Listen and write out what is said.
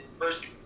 first